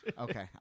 Okay